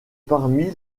parmi